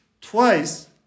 twice